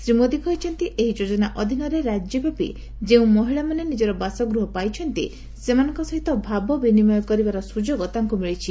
ଶ୍ରୀ ମୋଦି କହିଛନ୍ତି ଏହି ଯୋଜନା ଅଧୀନରେ ରାଜ୍ୟବ୍ୟାପୀ ଯେଉଁ ମହିଳାମାନେ ନିଜର ବାସଗୃହ ପାଇଛନ୍ତି ସେମାନଙ୍କ ସହିତ ଭାବବିନିମୟ କରିବାର ସୁଯୋଗ ତାଙ୍କୁ ମିଳିଛି